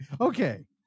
okay